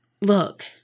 look